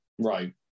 Right